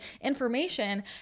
information